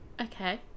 Okay